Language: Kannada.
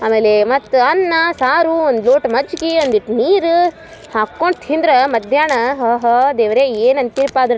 ಆಮೇಲೆ ಮತ್ತು ಅನ್ನ ಸಾರು ಒಂದು ಲೋಟ ಮಜ್ಗೆ ಒಂದಿಷ್ಟ್ ನೀರು ಹಾಕ್ಕೊಂಡು ತಿಂದರೆ ಮಧ್ಯಾಹ್ನ ಆಹಾ ದೇವರೆ ಏನು ಅಂತೀರ ಪಾ ಅದ್ರ